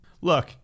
Look